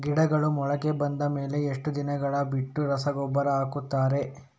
ಗಿಡಗಳು ಮೊಳಕೆ ಬಂದ ಮೇಲೆ ಎಷ್ಟು ದಿನಗಳು ಬಿಟ್ಟು ರಸಗೊಬ್ಬರ ಹಾಕುತ್ತಾರೆ?